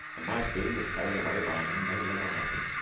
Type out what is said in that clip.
and my spoon was carried away by an unknown leviathan.